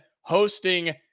hosting